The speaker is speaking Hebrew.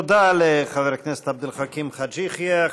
תודה לחבר הכנסת עבד אל חכים חאג' יחיא.